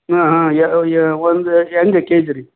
ಹಾಂ ಹಾಂ ಎ ಎ ಒಂದು ಹೆಂಗೆ ಕೆ ಜಿರಿ